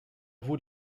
vaut